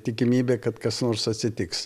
tikimybė kad kas nors atsitiks